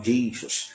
Jesus